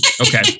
okay